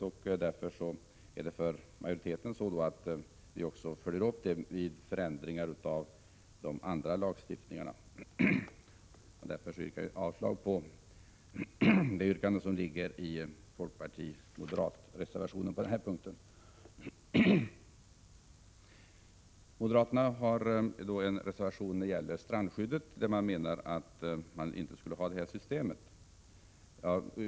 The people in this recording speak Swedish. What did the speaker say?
Utskottsmajoriteten följer upp detta vid förändringar av de andra lagstift ningarna. Därför yrkar jag avslag på det yrkande som framförs i folkpartiets och moderaternas reservation på den här punkten. Moderaterna har en reservation som gäller strandskyddet. Man menar att man inte skall ha ett system med generellt strandskydd.